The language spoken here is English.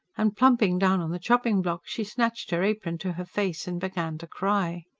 and plumping down on the chopping-block she snatched her apron to her face and began to cry.